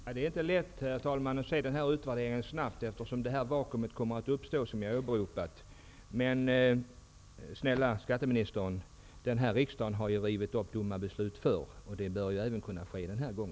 Herr talman! Det är inte lätt att göra en tillräckligt snabb utvärdering, eftersom det här vakuumet kommer att uppstå vid den tidpunkt som jag tidigare åberopat. Men, snälla skatteministern, den här riksdagen har rivit upp dumma beslut förr. Det bör kunna ske även denna gång.